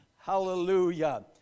Hallelujah